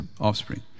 offspring